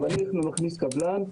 אני מכניס קבלן,